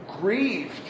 grieved